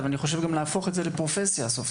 אבל אני חושב גם על להפוך את זה לפרופסיה סופסוף,